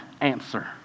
answer